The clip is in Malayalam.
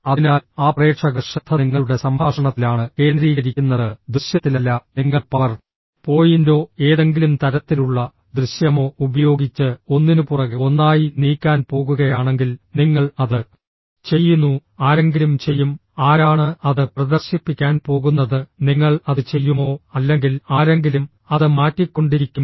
അതിനാൽ ആ പ്രേക്ഷക ശ്രദ്ധ നിങ്ങളുടെ സംഭാഷണത്തിലാണ് കേന്ദ്രീകരിക്കുന്നത് ദൃശ്യത്തിലല്ല നിങ്ങൾ പവർ പോയിന്റോ ഏതെങ്കിലും തരത്തിലുള്ള ദൃശ്യമോ ഉപയോഗിച്ച് ഒന്നിനുപുറകെ ഒന്നായി നീക്കാൻ പോകുകയാണെങ്കിൽ നിങ്ങൾ അത് ചെയ്യുന്നു ആരെങ്കിലും ചെയ്യും ആരാണ് അത് പ്രദർശിപ്പിക്കാൻ പോകുന്നത് നിങ്ങൾ അത് ചെയ്യുമോ അല്ലെങ്കിൽ ആരെങ്കിലും അത് മാറ്റിക്കൊണ്ടിരിക്കും